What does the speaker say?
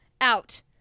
out